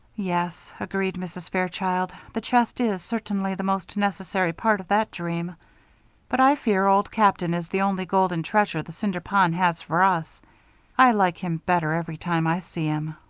yes, agreed mrs. fairchild, the chest is certainly the most necessary part of that dream but i fear old captain is the only golden treasure the cinder pond has for us i like him better every time i see him.